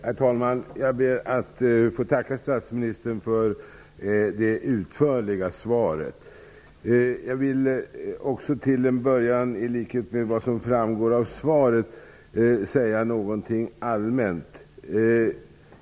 Herr talman! Jag ber att få tacka statsministern för det utförliga svaret. Jag vill -- i likhet med vad som görs i svaret -- börja med att säga några allmäna ord.